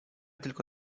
tylko